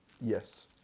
Yes